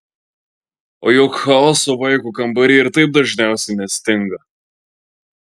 o juk chaoso vaiko kambary ir taip dažniausiai nestinga